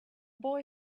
boy